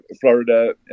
Florida